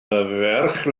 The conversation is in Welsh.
ferch